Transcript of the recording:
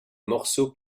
morceaux